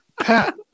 Pat